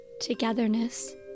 togetherness